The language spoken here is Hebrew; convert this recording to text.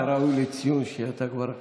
אתה ראוי לציון שאתה כבר שולט: